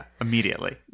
immediately